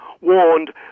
warned